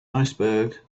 iceberg